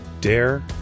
Dare